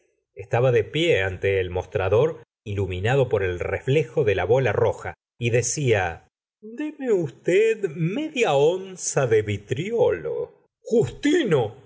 estaba de pie ante el mostrador iluminado por el reflejo de la bola roja y decía ffleme usted media onza de vitriolo justino